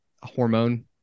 hormone